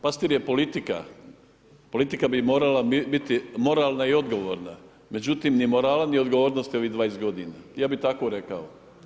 Pastir je politika, politika bi morala biti moralna i odgovorna, no međutim, ni morala ni odgovornosti ovih 20 g. Ja bi tako rekao.